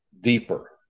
deeper